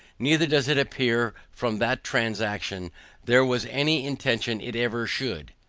neither does it appear from that transaction there was any intention it ever should.